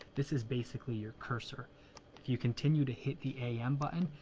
this is basically your cursor. if you continue to hit the a m button,